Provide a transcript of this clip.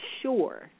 sure